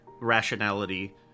rationality